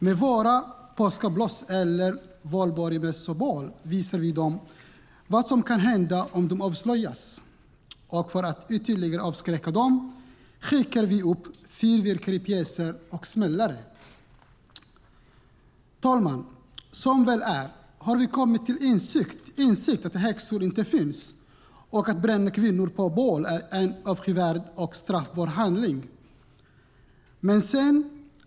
Med våra påskabloss eller valborgsmässobål visar vi dem vad som kan hända om de avslöjas, och för att ytterligare avskräcka dem skickar vi upp fyrverkeripjäser och smäller smällare. Herr talman! Som väl är har vi kommit till insikt om att häxor inte finns och att det är en avskyvärd och straffbar handling att bränna kvinnor på bål.